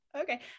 okay